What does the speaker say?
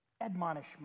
admonishment